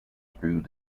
through